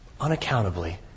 unaccountably